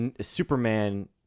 Superman